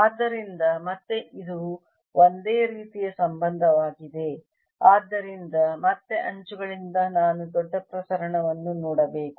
ಆದ್ದರಿಂದ ಮತ್ತೆ ಇದು ಒಂದೇ ರೀತಿಯ ಸಂಬಂಧವಾಗಿದೆ ಆದ್ದರಿಂದ ಮತ್ತೆ ಅಂಚುಗಳಿಂದ ನಾನು ದೊಡ್ಡ ಪ್ರಸರಣವನ್ನು ನೋಡಬೇಕು